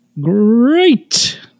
Great